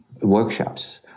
workshops